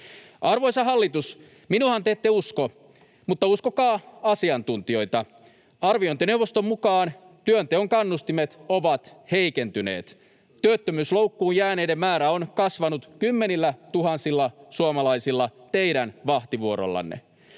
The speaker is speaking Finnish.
Arvoisa hallitus, minuahan te ette usko, mutta uskokaa asiantuntijoita. Arviointineuvoston mukaan työnteon kannustimet ovat heikentyneet. [Pia Viitasen välihuuto] Työttömyysloukkuun jääneiden määrä on kasvanut kymmenillätuhansilla suomalaisilla teidän vahtivuorollanne.